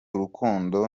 urukundo